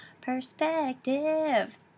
perspective